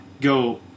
go